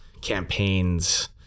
campaigns